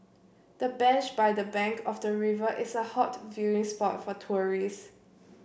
the bench by the bank of the river is a hot viewing spot for tourists